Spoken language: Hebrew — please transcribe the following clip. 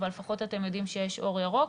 אבל לפחות אתם יודעים שיש אור ירוק.